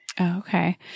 Okay